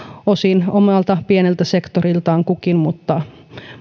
omalta pieneltä sektoriltaan kukin mutta